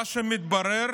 מתברר